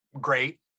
great